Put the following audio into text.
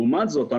לעומת זאת,